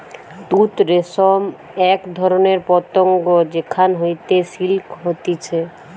তুত রেশম এক ধরণের পতঙ্গ যেখান হইতে সিল্ক হতিছে